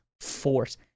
force